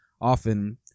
often